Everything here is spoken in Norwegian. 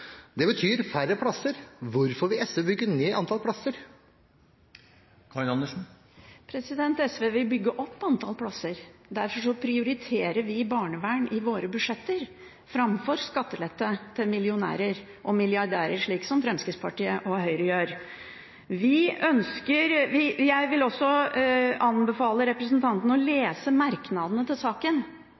det betyr færre plasser. Hvorfor vil SV bygge ned antall plasser? SV vil bygge opp antall plasser. Derfor prioriterer vi barnevern i våre budsjetter framfor skattelette til millionærer og milliardærer – slik som Fremskrittspartiet og Høyre gjør. Jeg vil også anbefale representanten å lese merknadene i saken.